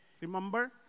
Remember